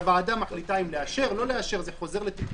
והוועדה מחליטה אם לאשר או לא.